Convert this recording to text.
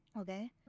Okay